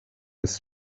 ist